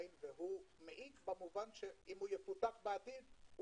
ואם יפותח בעתיד,